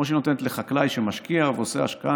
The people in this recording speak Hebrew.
כמו שהיא נותנת לחקלאי שמשקיע ועושה השקעה.